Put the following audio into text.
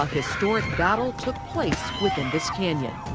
historic battle took place within this canyon.